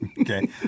Okay